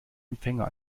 empfänger